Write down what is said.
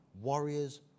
warriors